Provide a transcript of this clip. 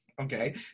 okay